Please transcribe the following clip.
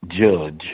judge